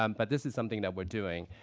um but this is something that we're doing.